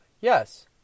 Yes